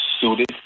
suited